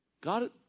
God